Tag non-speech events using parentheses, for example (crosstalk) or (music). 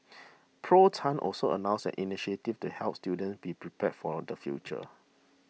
(noise) Prof Tan also announced an initiative to help students be prepared for the future